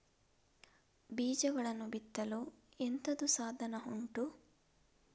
ಬೀಜಗಳನ್ನು ಬಿತ್ತಲು ಎಂತದು ಸಾಧನ ಉಂಟು?